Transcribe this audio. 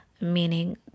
meaning